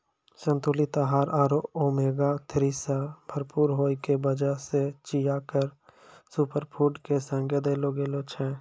संतुलित आहार आरो ओमेगा थ्री सॅ भरपूर होय के वजह सॅ चिया क सूपरफुड के संज्ञा देलो गेलो छै